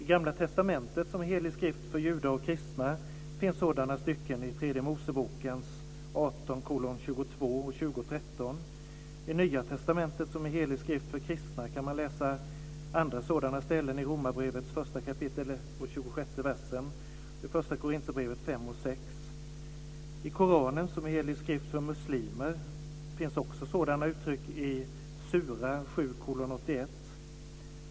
I Gamla testamentet, som är helig skrift för judar och kristna, finns sådana stycken i tredje Moseboken 18:22 och 20:13. I Nya testamentet, som är helig skrift för kristna, kan man läsa andra sådana stycken i 5:6. I Koranen, som är helig skrift för muslimer, finns det också sådana uttryck i Sura 7:81.